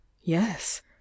yes